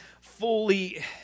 fully